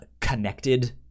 connected